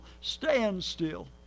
standstill